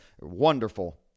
wonderful